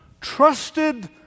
trusted